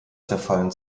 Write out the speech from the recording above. zerfallen